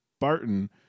barton